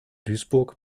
duisburg